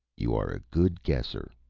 you are a good guesser,